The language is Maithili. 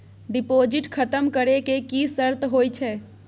डिपॉजिट खतम करे के की सर्त होय छै?